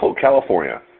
California